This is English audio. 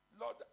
Lord